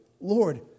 Lord